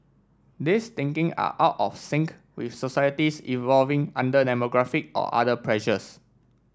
these thinking are out of sync with societies evolving under demographic or other pressures